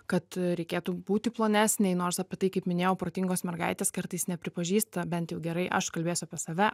kad reikėtų būti plonesnei nors apie tai kaip minėjau protingos mergaitės kartais nepripažįsta bent jau gerai aš kalbėsiu apie save